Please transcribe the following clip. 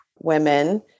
women